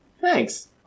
Thanks